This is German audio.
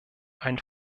ein